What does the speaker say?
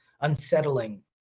unsettling